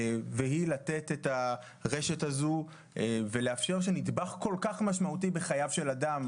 והיא לתת את הרשת הזו ולאפשר שנדבך כל כך משמעותי בחייו של אדם,